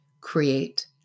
create